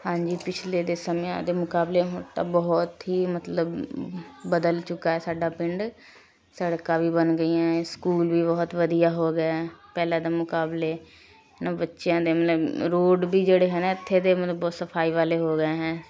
ਹਾਂਜੀ ਪਿਛਲੇ ਦੇ ਮਸਿਆਂ ਦੇ ਮੁਕਾਬਲੇ ਹੁਣ ਤਾਂ ਬਹੁਤ ਹੀ ਮਤਲਬ ਬਦਲ ਚੁੱਕਾ ਹੈ ਸਾਡਾ ਪਿੰਡ ਸੜਕਾਂ ਵੀ ਬਣ ਗਈਆਂ ਹੈ ਸਕੂਲ ਵੀ ਬਹੁਤ ਵਧੀਆ ਹੋ ਗਏ ਹੈ ਪਹਿਲਾਂ ਦੇ ਮੁਕਾਬਲੇ ਇਹਨਾਂ ਬੱਚਿਆਂ ਦੇ ਮਤਲਬ ਰੋਡ ਵੀ ਜਿਹੜੇ ਹੈ ਨਾ ਇੱਥੇ ਦੇ ਮਤਲਬ ਬਹੁਤ ਸਫਾਈ ਵਾਲੇ ਹੋ ਗਏ ਹੈਂ